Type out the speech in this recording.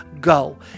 go